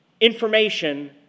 information